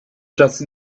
just